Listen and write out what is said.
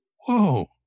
Whoa